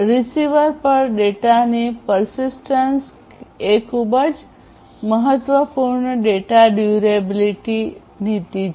receiver પર ડેટાની persistence એ ખૂબ જ મહત્વપૂર્ણ ડેટા ડ્યુરેબીલીટી durability ટકાઉપણું નીતિ છે